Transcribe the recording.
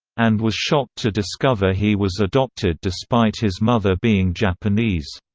and was shocked to discover he was adopted despite his mother being japanese.